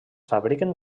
fabriquen